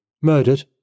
Murdered